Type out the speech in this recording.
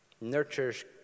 Nurtures